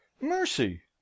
mercy